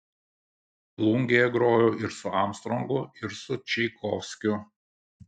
plungėje grojau ir su armstrongu ir su čaikovskiu